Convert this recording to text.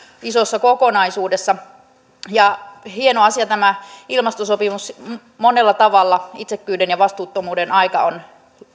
isossa kokonaisuudessa hieno asia tämä ilmastosopimus monella tavalla itsekkyyden ja vastuuttomuuden aika on